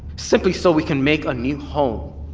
simply so we can make a new home.